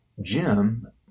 Jim